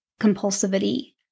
compulsivity